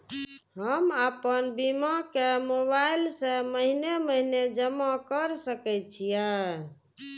हम आपन बीमा के मोबाईल से महीने महीने जमा कर सके छिये?